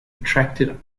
retracted